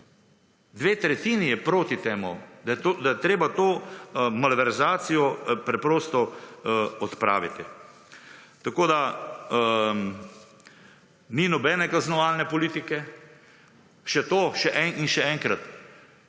Dve tretjini je proti temu, da je treba to malverzacijo preprosto odpraviti. Tako da, ni nobene kaznovalne politike. Še to, in še enkrat,